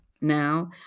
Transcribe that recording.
now